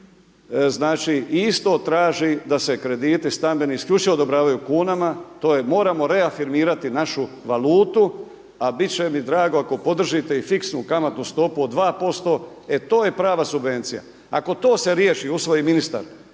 znači isto traži da se krediti stambeni isključivo odobravaju u kunama. To je moramo reafirmirati našu valutu, a bit će mi drago ako podržite i fiksnu kamatnu stopu od 2%. E to je prava subvencija. Ako to se riješi, usvoji ministar,